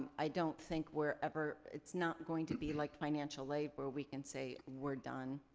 i don't think we're ever, it's not going to be like financial aid where we can say we're done.